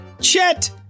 chet